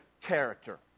character